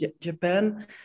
Japan